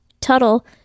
Tuttle